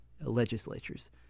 legislatures